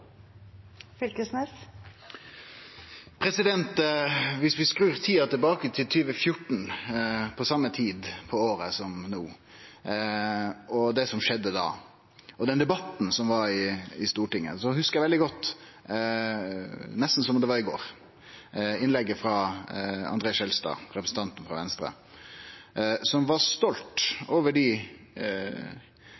vi skrur tida tilbake til 2014, til same tid på året som no, til det som skjedde da, og den debatten som var i Stortinget, hugsar eg veldig godt, nesten som om det var i går, innlegget frå André Skjelstad, representanten frå Venstre, som var stolt